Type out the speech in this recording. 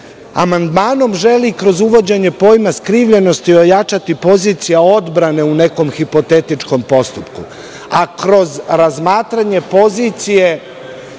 amandmanom želi, kroz uvođenje pojma skrivljenosti, ojačati pozicija odbrane u nekom hipotetičkom postupku, a kroz razmatranje pozicije